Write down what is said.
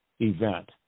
event